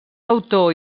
autor